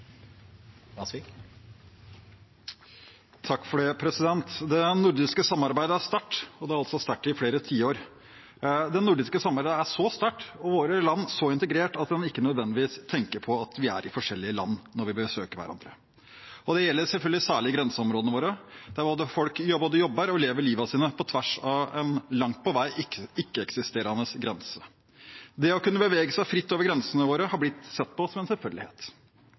og det har vært sterkt i flere tiår. Det nordiske samarbeidet er så sterkt og våre land så integrert at man ikke nødvendigvis tenker på at vi er i forskjellige land når vi besøker hverandre. Det gjelder selvfølgelig særlig i grenseområdene våre, der folk både jobber og lever livene sine på tvers av en langt på vei ikke-eksisterende grense. Det å kunne bevege seg fritt over grensene våre har blitt sett på som en selvfølgelighet.